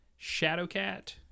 Shadowcat